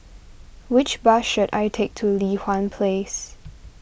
which bus should I take to Li Hwan Place